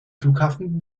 flughafen